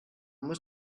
muss